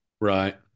Right